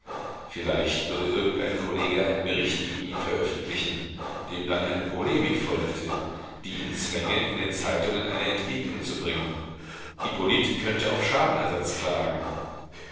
vielleicht würde irgendein kollege einen bericht gegen ihn veröffentlichen dem dann eine polemik folgte die ihn zwänge in den zeitungen eine entgegnung zu bringen hippolyt könnte auf schadenersatz klagen